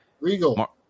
Regal